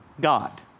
God